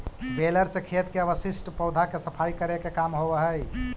baler से खेत के अवशिष्ट पौधा के सफाई करे के काम होवऽ हई